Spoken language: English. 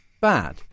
Bad